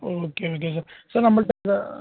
okay okay sir sir நம்மள்கிட்ட அந்த